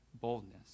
boldness